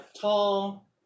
tall